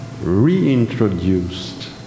reintroduced